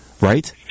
Right